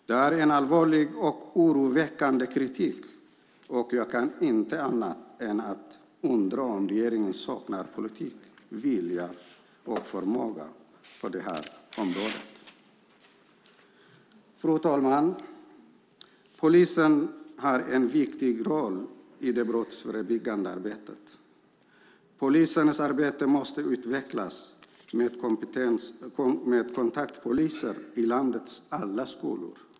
Detta är en allvarlig och oroväckande kritik, och jag kan inte annat än undra om regeringen saknar politik, vilja och förmåga på detta område. Fru talman! Polisen har en viktig roll i det brottsförebyggande arbetet. Polisens arbete måste utvecklas mot mer kompetens och mer kontaktpoliser i landets alla skolor.